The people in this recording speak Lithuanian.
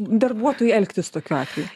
darbuotojui elgtis tokiu atveju